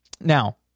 Now